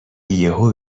یهو